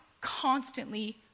constantly